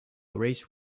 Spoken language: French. race